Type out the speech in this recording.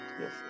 yes